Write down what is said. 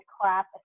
crap